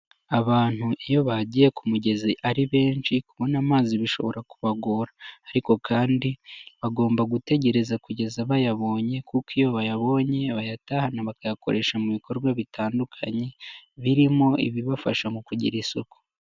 Abantu iyo bagiye ku mugezi ari benshi kubona amazi bishobora kubagora ariko kandi bagomba gutegereza kugeza bayabonye kuko iyo bayabonye bayatahana bakayakoresha mu bikorwa bitandukanye birimo ibibafasha mu kugira isuku.